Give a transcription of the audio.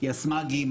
יסמ"גים,